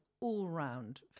all-round